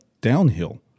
downhill